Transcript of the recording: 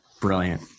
Brilliant